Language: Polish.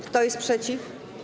Kto jest przeciw?